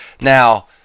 Now